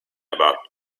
about